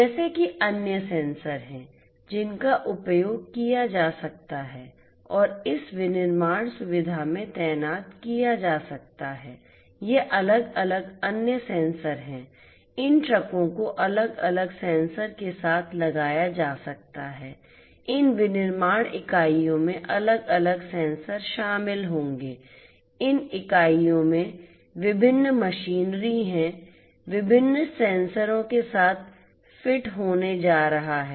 जैसे कि अन्य सेंसर हैं जिनका उपयोग किया जा सकता है और इस विनिर्माण सुविधा में तैनात किया जा सकता है ये अलग अलग अन्य सेंसर हैं इन ट्रकों को अलग अलग सेंसर के साथ लगाया जा सकता है इन विनिर्माण इकाइयों में अलग अलग सेंसर शामिल होंगे इन इकाइयों में विभिन्न मशीनरी हैं विभिन्न सेंसरों के साथ फिट होने जा रहा है